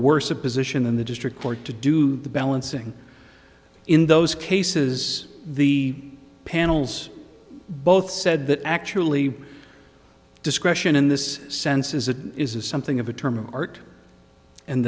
worse a position than the district court to do the balancing in those cases the panel's both said that actually discretion in this sense is that is is something of a term of art and